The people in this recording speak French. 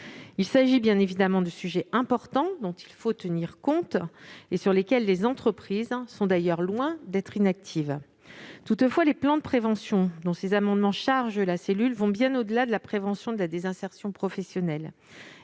Il s'agit bien évidemment de sujets importants dont il faut tenir compte et sur lesquels les entreprises sont d'ailleurs loin d'être inactives. Toutefois, les plans de prévention, dont ces amendements chargent la cellule, vont bien au-delà de la prévention de la désinsertion professionnelle.